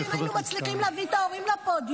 יכול להיות שאם היינו מצליחים להביא את ההורים לפודיום,